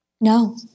No